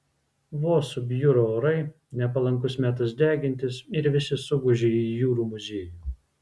vos subjuro orai nepalankus metas degintis ir visi suguži į jūrų muziejų